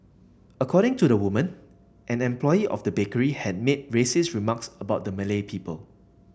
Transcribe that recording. according to the woman an employee of the bakery had made racist remarks about Malay people